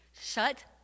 shut